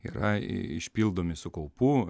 yra išpildomi su kaupu